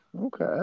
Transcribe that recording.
Okay